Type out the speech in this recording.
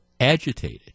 agitated